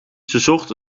zocht